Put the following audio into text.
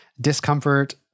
discomfort